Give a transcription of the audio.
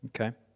Okay